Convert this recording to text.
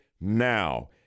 now